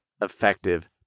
effective